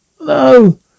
No